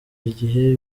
igihe